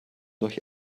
durch